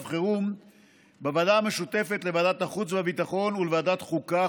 חירום בוועדה המשותפת לוועדת החוץ והביטחון ולוועדת החוקה,